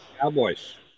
Cowboys